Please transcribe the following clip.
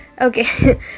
Okay